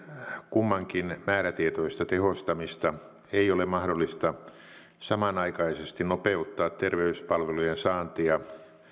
kummankin määrätietoista tehostamista ei ole mahdollista samanaikaisesti nopeuttaa terveyspalveluiden saantia